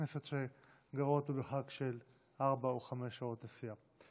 כנסת שגרות במרחק של ארבע או חמש שעות נסיעה.